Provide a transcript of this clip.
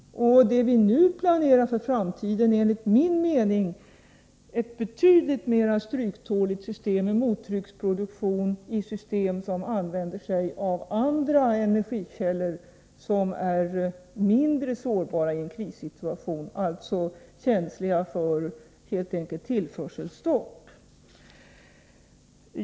Det vi nu planerar är enligt min mening ett betydligt mera stryktåligt system med mottrycksproduktion i system som använder sig av andra energikällor, vilka är mindre sårbara i en krissituation — alltså helt enkelt mindre känsliga för tillförselstopp.